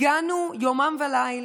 הגענו יומם וליל,